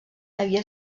havia